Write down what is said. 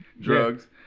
drugs